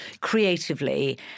creatively